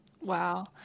Wow